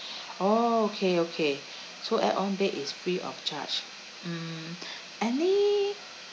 oh okay okay so add-on bed is free of charge mm any